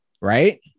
right